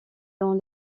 dans